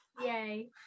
Yay